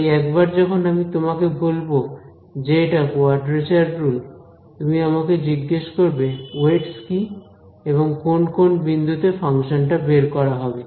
তাই একবার যখন আমি তোমাকে বলবো যে এটা কোয়াড্রেচার রুল তুমি আমাকে জিজ্ঞেস করবে ওয়েটস কি এবং কোন কোন বিন্দুতে ফাংশন টা বের করা হবে